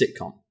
sitcom